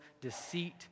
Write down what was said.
deceit